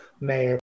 mayor